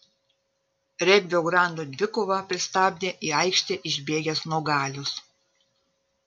regbio grandų dvikovą pristabdė į aikštę išbėgęs nuogalius